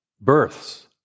births